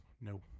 No